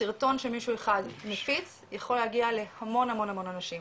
סרטון שמישהו אחד מפיץ יכול להגיע להמון המון אנשים,